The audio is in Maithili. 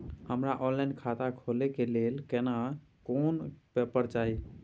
हमरा ऑनलाइन खाता खोले के लेल केना कोन पेपर चाही?